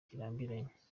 kitarambiranye